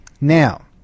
Now